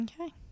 Okay